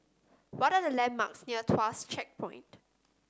what are the landmarks near Tuas Checkpoint